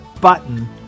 button